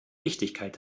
wichtigkeit